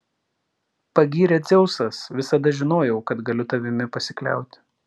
pagyrė dzeusas visada žinojau kad galiu tavimi pasikliauti